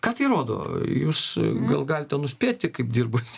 ką tai rodo jūs gal galite nuspėti kaip dirbusi